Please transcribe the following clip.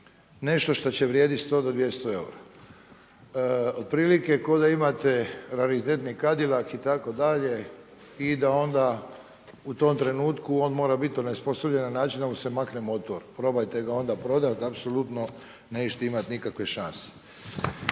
nešto što će vrijediti 100 do 200 eura. Otprilike kao da imate raritetni Cadillac itd. i da onda u tom trenutku on mora biti onesposobljen na način da mu se makne motor. Probajte ga onda prodati. Apsolutno nećete imati nikakve šanse.